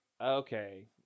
okay